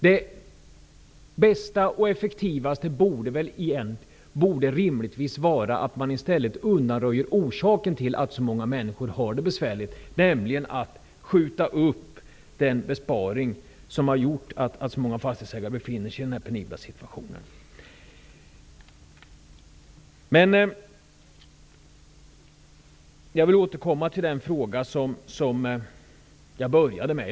Det bästa och effektivaste borde rimligtvis vara att i stället undanröja orsaken till att så många människor har det besvärligt. Man borde skjuta upp den besparing som har gjort att så många fastighetsägare befinner sig i denna penibla situation. Jag vill återkomma till den fråga jag inledde med.